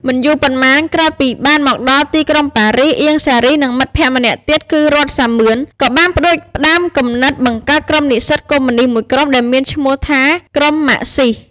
មិនយូរប៉ុន្មាន ក្រោយពីបានមកដល់ក្រុងប៉ារីស អៀង សារី និងមិត្តភ័ក្តិម្នាក់ទៀត គឺ រ័ត្ន សាមឿន ក៏បានផ្តួចផ្តើមគំនិតបង្កើតក្រុមនិស្សិតកុម្មុយនិស្តមួយក្រុម ដែលមានឈ្មោះថា “ក្រុមម៉ាក់ស៊ីស”។